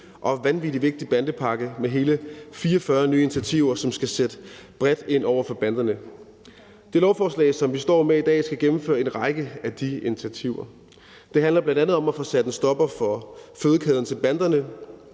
og vanvittig vigtig bandepakke med hele 44 nye initiativer, som skal sætte bredt ind over for banderne. Det lovforslag, som vi står med i dag, skal gennemføre en række af de initiativer. Det handler bl.a. om at få sat en stopper for fødekæden til banderne,